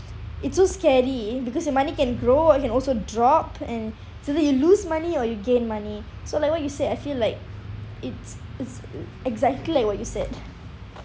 it's so scary because your money can grow it can also drop and so that you lose money or you gain money so like what you say I feel like it's it's exactly like what you said